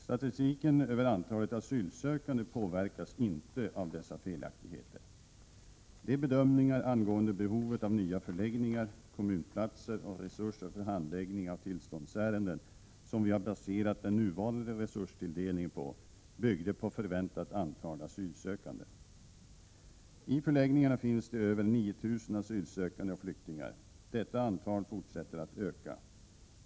Statistiken över antalet asylsökande påverkas inte av dessa felaktigheter. De bedömningar angående behovet av nya förläggningar, kommunplatser och resurser för handläggning av tillståndsärenden som vi har baserat den nuvarande resurstilldelningen på byggde på förväntat antal asylsökande. I - Prot. 1987/88:101 förläggningarna finns det över 9 000 asylsökande och flyktingar. Detta antal — 15 april 1988 fortsätter att öka.